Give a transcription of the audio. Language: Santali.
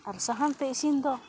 ᱟᱨ ᱥᱟᱦᱟᱱ ᱛᱮ ᱤᱥᱤᱱ ᱫᱚ